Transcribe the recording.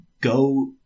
go